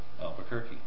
Albuquerque